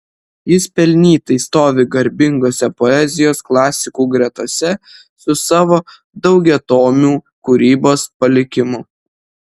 jis pelnytai stovi garbingose poezijos klasikų gretose su savo daugiatomiu kūrybos palikimu